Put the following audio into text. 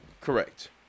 Correct